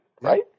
right